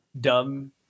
dumb